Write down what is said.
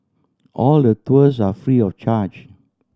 all the tours are free of charge